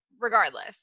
Regardless